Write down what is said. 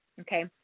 okay